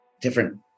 different